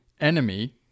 enemy